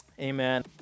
Amen